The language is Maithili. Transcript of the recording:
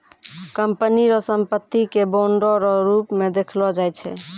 कंपनी रो संपत्ति के बांडो रो रूप मे देखलो जाय छै